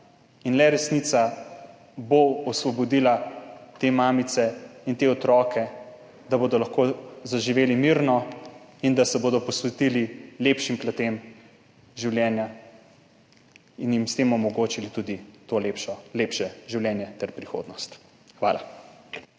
dna. Le resnica bo osvobodila te mamice in te otroke, da bodo lahko zaživeli mirno in da se bodo posvetili lepšim platem življenja in jim s tem omogočili tudi to lepše življenje ter prihodnost. Hvala.